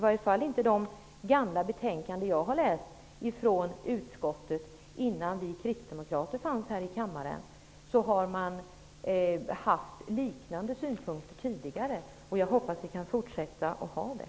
I de gamla utskottsbetänkanden jag har läst, från tiden innan vi kristdemokrater fanns här i kammaren, har liknande synpunkter framförts. Jag hoppas att vi kan fortsätta med det.